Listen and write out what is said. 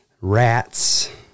Rats